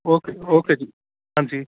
okay okay ਜੀ ਹਾਂਜੀ